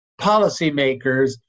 policymakers